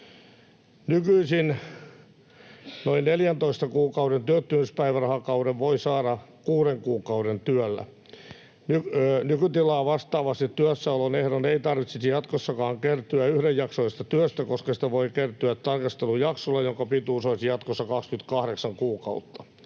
Nykyisin noin 14 kuukauden työttömyyspäivärahakauden voi saada kuuden kuukauden työllä. Nykytilaa vastaavasti työssäoloehdon ei tarvitsisi jatkossakaan kertyä yhdenjaksoisesta työstä, koska sitä voi kertyä tarkastelujaksolla, jonka pituus olisi jatkossa 28 kuukautta.